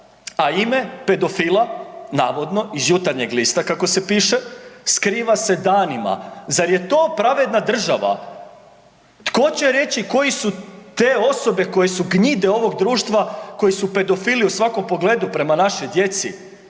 a ime pedofila navodno iz Jutarnjeg lista kako se piše, skriva se danima. Zar je to pravedna država? Tko će reći koji su te osobe koji su gnjide ovog društva koji su pedofili u svakom pogledu prema našoj djeci.